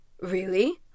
Really